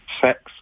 sex